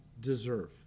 deserve